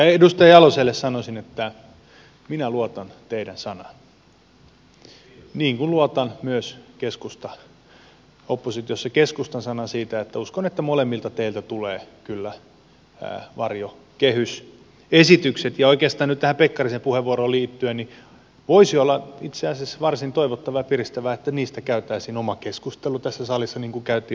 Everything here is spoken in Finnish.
edustaja jaloselle sanoisin että minä luotan teidän sanaanne niin kuin luotan myös oppositiossa keskustan sanaan siitä että uskon että molemmilta teiltä tulee kyllä varjokehysesitykset ja oikeastaan nyt tähän pekkarisen puheenvuoroon liittyen niin voisi olla itse asiassa varsin toivottavaa ja piristävää että niistä käytäisiin oma keskustelu tässä salissa niin kuin käytiin varjobudjeteista